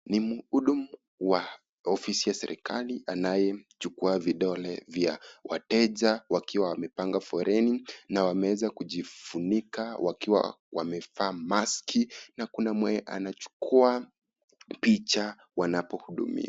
Ni muhudumu wa ofisi ya serikali anayechukua vidole vya wateja wakiwa wamepanga foleni na wameweza kujifunika wakiwa wamevaa maski na kuna mwenye anachua picha wanapohudumiwa.